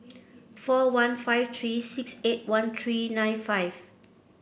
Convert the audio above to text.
four one five three six eight one three nine five